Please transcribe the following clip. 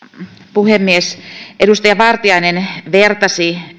puhemies edustaja vartiainen vertasi